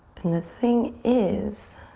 and the thing is,